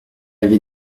avait